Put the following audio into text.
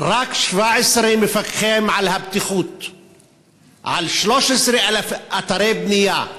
רק 17 מפקחים על הבטיחות ב-13,000 אתרי בנייה.